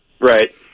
Right